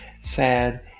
sad